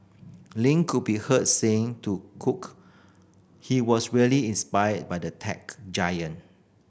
Lin could be heard saying to Cook he was really inspired by the tech giant